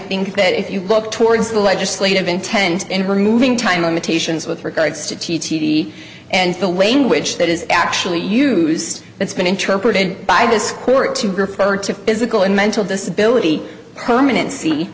think that if you look towards the legislative intent in her moving time limitations with regards to t t d and the language that is actually used it's been interpreted by this court to prefer to physical and mental disability permanen